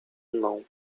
mną